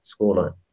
scoreline